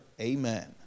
amen